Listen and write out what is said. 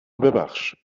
ببخش